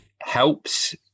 helps